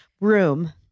room